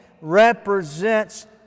represents